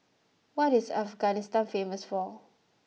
what is Afghanistan famous for